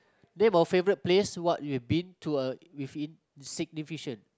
name a favorite place what you've been to a with in significant